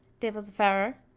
divil a fairer,